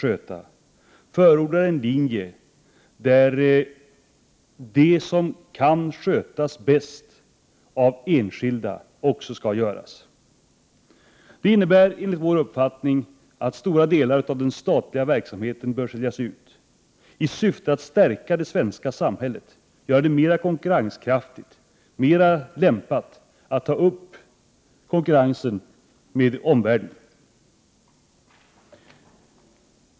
Vi förordar en linje som innebär att det som kan skötas bäst av enskilda också skall skötas av dessa. Det innebär enligt vår uppfattning att stora delar av den statliga verksamheten bör säljas ut i syfte att stärka det svenska samhället, göra det mer konkurrenskraftigt och mer lämpat att ta upp konkurrensen med omvärlden.